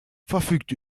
verfügt